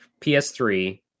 PS3